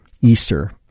Easter